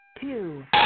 two